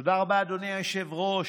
תודה רבה, אדוני היושב-ראש.